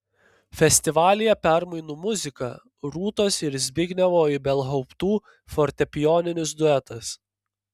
festivalyje permainų muzika rūtos ir zbignevo ibelhauptų fortepijoninis duetas